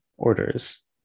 Orders